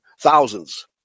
thousands